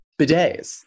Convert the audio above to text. bidets